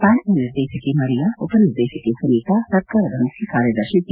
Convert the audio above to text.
ಬ್ಯಾಂಕ್ನ ನಿರ್ದೇಶಕಿ ಮರಿಯಾ ಉಪನಿರ್ದೇಶಕಿ ಸುನಿತಾ ಸರ್ಕಾರದ ಮುಖ್ಮಕಾರ್ಯದರ್ಶಿ ಟಿ